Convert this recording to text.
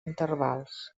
intervals